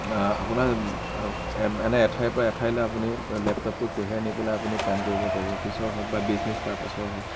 আপোনাৰ এনে এঠাইৰপৰা এঠাইলৈ আপুনি লেপটপটো কঢ়িয়াই নি পেলাই আপুনি কাম কৰিব পাৰিব অফিচৰ হওক বা বিজনেছ পাৰৰ্পাছৰ হওক